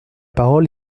parole